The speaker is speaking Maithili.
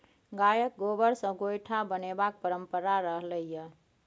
गायक गोबर सँ गोयठा बनेबाक परंपरा रहलै यै